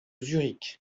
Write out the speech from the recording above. zurich